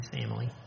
family